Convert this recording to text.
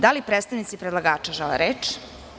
Da li predstavnici predlagača žele reč?